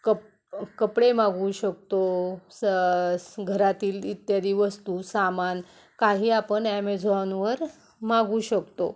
cup कपडे मागू शकतो स घरातील इत्यादी वस्तू सामान काही आपण ॲमेझॉनवर मागवू शकतो